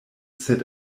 sed